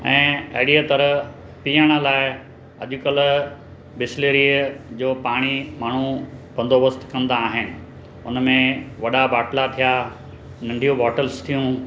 ऐं अहिड़ीअ तरह पीअण लाए अॼुकल्ह बिस्लेरीअ जो पाणी माण्हू बंदोबस्त कंदा आहिनि उन में वॾा बाटला थिया नंढियूं बॉटल्स थियूं